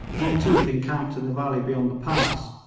monteath encamped in the valley beyond the pass,